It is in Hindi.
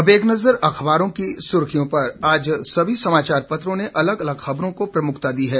अब एक नजर अखबारों की सर्खियों पर आज सभी समाचार पत्रों ने अलग अलग खबरों को प्रमुखता दी है